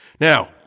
Now